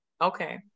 Okay